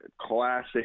classic